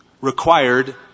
required